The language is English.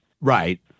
Right